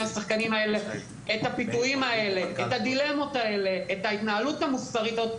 השחקנים האלה את הדילמות והפיתויים האלה ואת ההתנהלות המוסרית הזו.